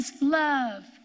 love